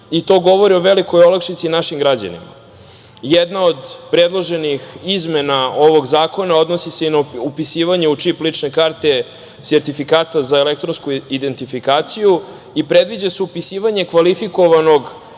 To govori o velikoj olakšici našim građanima. Jedna od predloženih izmena ovog zakona odnosi se i na upisivanje u čip lične karte sertifikata za elektronsku identifikaciju i predviđa se upisivanje kvalifikovanog